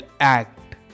act